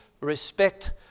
respect